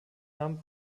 namen